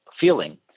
feeling